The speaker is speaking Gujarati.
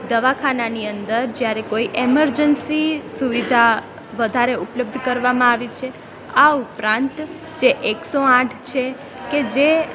દવાખાનાની અંદર જ્યારે કોઈ એમર્જન્સી સુવિધા વધારે ઉપલબ્ધ કરવામાં આવી છે આ ઉપરાંત જે એકસો આઠ છે કે જે